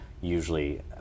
usually